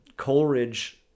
Coleridge